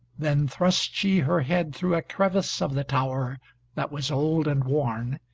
then thrust she her head through a crevice of the tower that was old and worn,